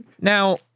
Now